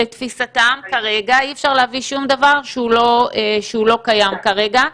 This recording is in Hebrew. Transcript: לתפיסתם כרגע אי אפשר להביא שום דבר שהוא לא קיים כרגע.